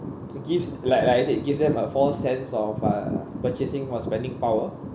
gives like like I said gives them a false sense of uh purchasing or spending power